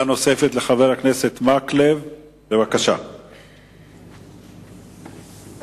חבר הכנסת אורי מקלב ביקש לדון בטענה על כך שבמהלך